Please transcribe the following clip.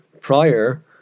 prior